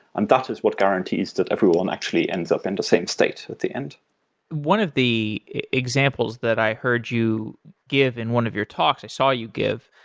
and that is what guarantees that everyone actually ends up in the same state at the end one of the examples that i heard you give in one of your talks i saw you give,